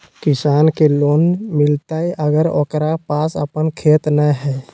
किसान के लोन मिलताय अगर ओकरा पास अपन खेत नय है?